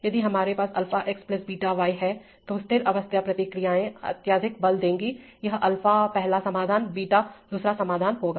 यदि हमारे पास α x β y है तो स्थिर अवस्था प्रतिक्रियाएँ अत्यधिक बल देंगी यह α× पहला समाधान β × दूसरा समाधान होगा